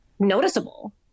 noticeable